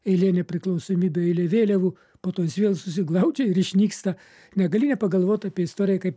eilė nepriklausomybių eilė vėliavų po to vėl susiglaudžia ir išnyksta negali nepagalvot apie istoriją kaip